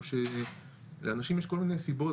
הוא שלאנשים יש כל מיני סיבות,